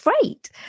great